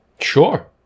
Sure